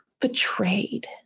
betrayed